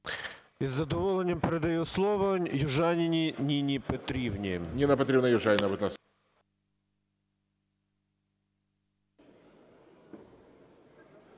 Із задоволенням передаю слово Южаніній Ніні Петрівні.